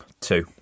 Two